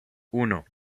uno